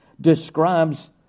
describes